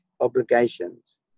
obligations